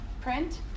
print